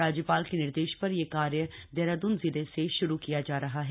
राज्यपाल के निर्देश पर यह कार्य देहरादून जिले से श्रू किया जा रहा है